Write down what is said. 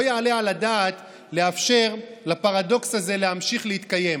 לא יעלה על הדעת לאפשר לפרדוקס הזה להמשיך להתקיים: